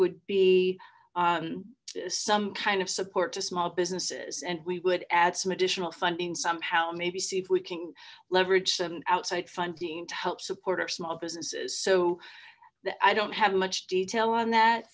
would be some kind of support to small businesses and we would add some additional funding somehow maybe see if we can leverage some outside funding to help support our small businesses so i don't have much detail on